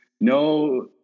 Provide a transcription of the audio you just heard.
no